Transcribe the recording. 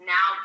Now